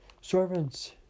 Servants